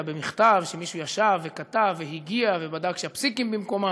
אלא במכתב שמישהו ישב וכתב והגיה ובדק שהפסיקים במקומם.